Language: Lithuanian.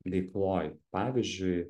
veikloj pavyzdžiui